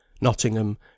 Nottingham